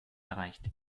erreicht